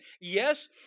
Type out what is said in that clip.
Yes